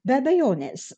be abejonės